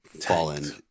fallen